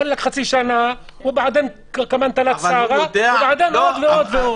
וואלה חצי שנה, ובעדן --- ועוד ועוד ועוד.